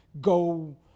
go